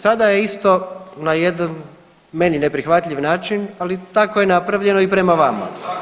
Sada je isto na jedan meni neprihvatljiv način ali tako je napravljeno i prema vama.